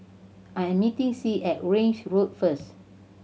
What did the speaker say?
I am meeting Sie at Grange Road first